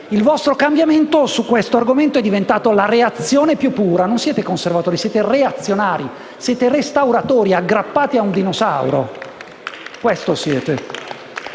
il vostro cambiamento su questo argomento è diventato la reazione più pura. Non siete conservatori: siete reazionari, siete restauratori, aggrappati a un dinosauro. Questo siete.